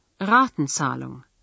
Ratenzahlung